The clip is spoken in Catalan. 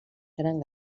tenen